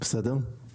אנחנו